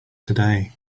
today